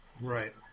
Right